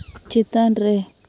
ᱪᱮᱛᱟᱱ ᱨᱮ